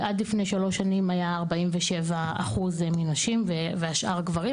עד לפני 3 שנים היה 47% מנשים והשאר גברים,